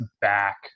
back